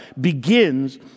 begins